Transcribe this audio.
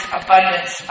abundance